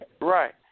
right